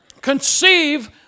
conceive